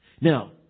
Now